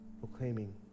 proclaiming